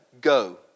Go